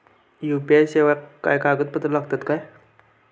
UPI सेवाक काय कागदपत्र लागतत काय?